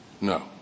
No